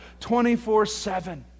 24-7